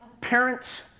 parents